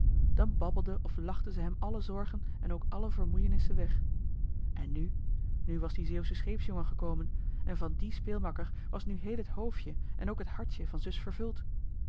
dan babbelde of lachte ze hem alle zorgen en ook alle vermoeienissen weg en nu nu was die zeeuwsche scheepsjongen gekomen en van dien speelmakker was nu heel het hoofdje en ook het hartje van zus vervuld